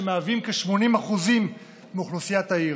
שמהווים כ-80% מאוכלוסיית העיר.